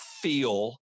feel